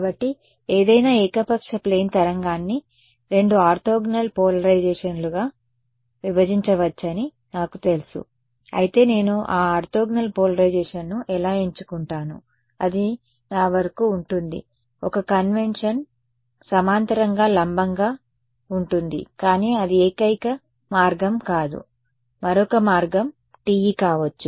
కాబట్టి ఏదైనా ఏకపక్ష ప్లేన్ తరంగాన్ని రెండు ఆర్తోగోనల్ పోలరైజేషన్లుగా విభజించవచ్చని నాకు తెలుసు అయితే నేను ఆ ఆర్తోగోనల్ పోలరైజేషన్ను ఎలా ఎంచుకుంటాను అది నా వరకు ఉంటుంది ఒక కన్వెన్షన్ సమాంతరంగా లంబంగా ఉంటుంది కానీ అది ఏకైక మార్గం కాదు మరొక మార్గం TE కావచ్చు